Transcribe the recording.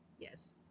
Yes